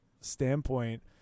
standpoint